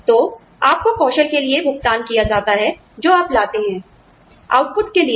तो आपको कौशल के लिए भुगतान किया जाता है जो आप लाते हैं आउटपुट के लिए नहीं